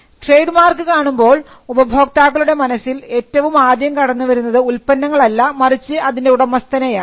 trade mark കാണുമ്പോൾ ഉപഭോക്താക്കളുടെ മനസ്സിൽ ഏറ്റവും ആദ്യം കടന്നുവരുന്നത് ഉൽപ്പന്നങ്ങൾ അല്ല മറിച്ച് അതിൻറെ ഉടമസ്ഥനെയാണ്